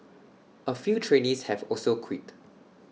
A few trainees have also quit